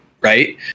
right